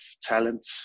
talent